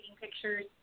pictures